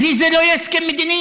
בלי זה לא יהיה הסכם מדיני.